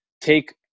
take